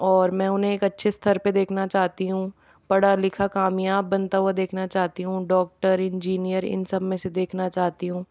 और मैं उन्हें एक अच्छे स्तर पर देखना चाहती हूँ पढ़ा लिखा कामयाब बनता हुआ देखना चाहती हूँ डॉक्टर इंजीनियर इन सब में से देखना चाहती हूँ